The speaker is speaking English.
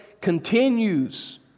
continues